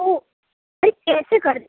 तो अरे कैसे कर दे